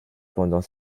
pendant